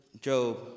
Job